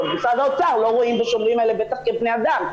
ומשרד האוצר לא רואים בשומרים האלה בטח כבני אדם,